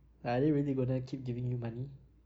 like are they really going to keep giving you money